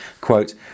quote